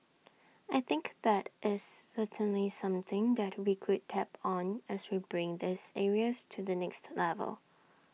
I think that is certainly something that we could tap on as we bring these areas to the next level